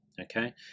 Okay